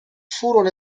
furono